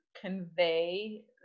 convey